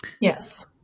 Yes